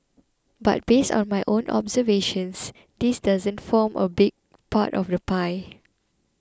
but based on my own observations this doesn't form a big part of the pie